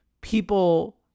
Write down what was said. people